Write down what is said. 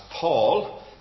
Paul